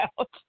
out